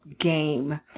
game